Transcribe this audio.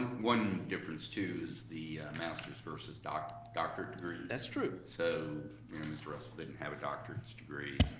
one difference, too, is the master's versus doctorate doctorate degree. that's true. so mr. russel didn't have a doctorate's degree,